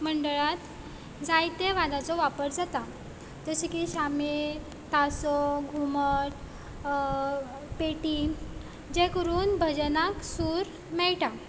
मंडळांत जायते वाद्यांचो वापर जाता जशे की शामेळ तासो घुमट पेटी जे करून भजनाक सूर मेळटा